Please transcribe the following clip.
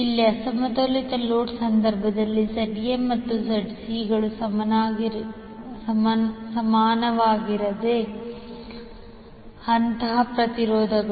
ಇಲ್ಲಿ ಅಸಮತೋಲಿತ ಲೋಡ್ ಸಂದರ್ಭದಲ್ಲಿ 𝐙𝐴 ಮತ್ತು 𝐙𝐶 ಗಳು ಸಮಾನವಾಗಿರದ ಹಂತದ ಪ್ರತಿರೋಧಗಳು